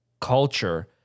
culture